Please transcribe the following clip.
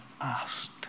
asked